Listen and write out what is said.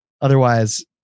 Otherwise